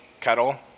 kettle